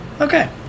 Okay